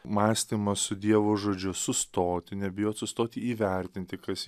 mąstymas su dievo žodžiu sustoti nebijot sustoti įvertinti kas